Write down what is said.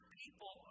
people